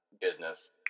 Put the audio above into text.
business